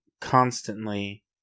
constantly